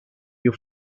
you